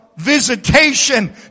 visitation